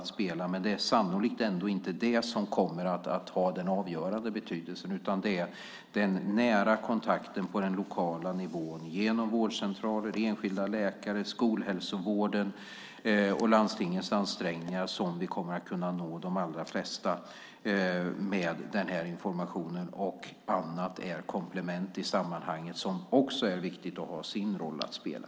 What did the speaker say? Ändå är det sannolikt inte det som kommer att vara av avgörande betydelse, utan det är genom den nära kontakten på den lokala nivån - genom vårdcentraler, enskilda läkare, skolhälsovård och landstingets ansträngningar - som vi kommer att kunna nå de allra flesta med information. Annat är i sammanhanget komplement som också är viktigt och som har sin roll att spela.